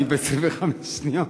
אני ב-25 שניות.